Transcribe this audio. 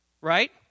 right